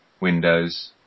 Windows